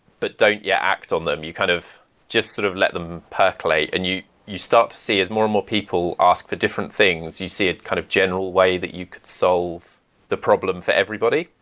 but don't yet act on them, you kind of just sort of let them percolate and you you start to see as more and more people ask for different things, you see a kind of general way that you could solve the problem for everybody.